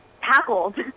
tackled